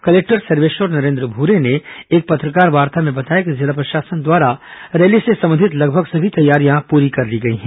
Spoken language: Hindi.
कलेक्टर सर्वेश्वर नरेंद्र भूरे ने एक पत्रकारवार्ता में बताया कि जिला प्रशासन द्वारा रैली से संबंधित लगभग सभी तैयारियां पूर्ण कर ली गई हैं